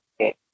okay